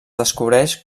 descobreix